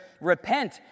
repent